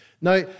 Now